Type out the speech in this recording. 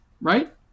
Right